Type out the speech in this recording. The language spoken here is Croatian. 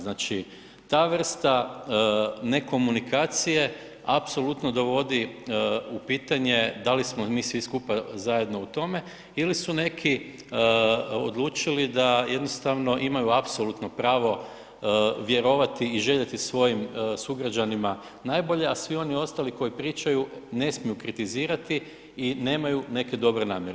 Znači ta vrsta nekomunikacije apsolutno dovodi u pitanje da li smo i mi svi skupa zajedno u tome ili su neki odlučili da jednostavno imaju apsolutno pravo vjerovati i željeti svojim sugrađanima najbolje, a svi oni ostali koji pričaju, ne smiju kritizirati i nemaju neke dobre namjere.